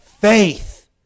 faith